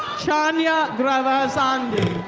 chanya gravesande.